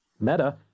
Meta